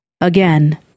again